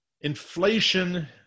Inflation